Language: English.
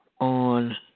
on